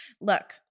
Look